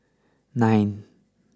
nine